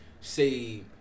say